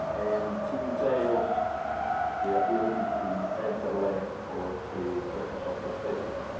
and it entails the ability to enter land for the purpose of prospecting.